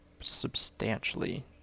substantially